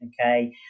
okay